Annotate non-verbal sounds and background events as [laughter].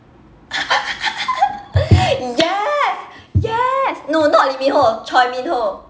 [laughs] yes yes no not lee min ho choi min ho